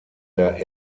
der